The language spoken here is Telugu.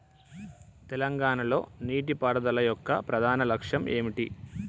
తెలంగాణ లో నీటిపారుదల యొక్క ప్రధాన లక్ష్యం ఏమిటి?